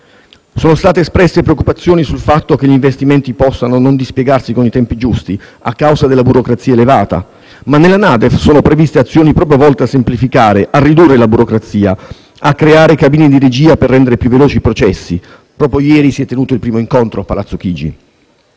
Sono state espresse preoccupazioni sul fatto che gli investimenti possano non dispiegarsi con i tempi giusti a causa della burocrazia elevata, ma nella NADEF sono previste azioni proprio volte a semplificare e a ridurre la burocrazia e a creare cabine di regia per rendere più veloci i processi (proprio ieri si è tenuto il primo incontro a Palazzo Chigi).